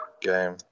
game